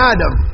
Adam